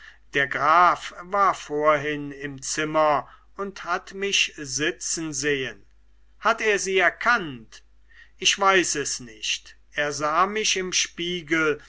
der graf war vorhin im zimmer und hat mich sitzen sehen hat er sie erkannt ich weiß es nicht er sah mich im spiegel